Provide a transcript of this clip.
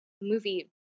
movie